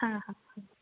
ಹಾಂ ಹಾಂ ಹಾಂ